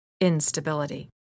instability